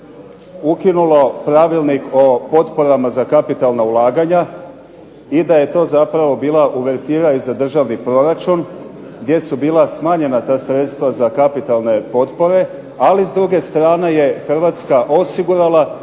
ukinulo Pravilnik o potporama za kapitalna ulaganja, i da je to zapravo bila uvertira i za državni proračun, gdje su bila smanjena ta sredstva za kapitalna potpore, ali s druge strane je Hrvatska osigurala